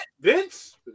Vince